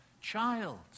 child